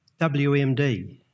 WMD